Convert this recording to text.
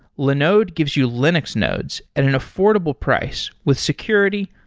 linode gives you linux nodes at an affordable price with security,